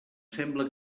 sembla